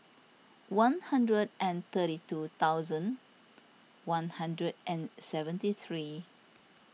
one hundred and thirty two thousand one hundred and seventy three